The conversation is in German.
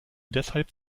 deshalb